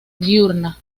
diurna